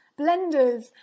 blenders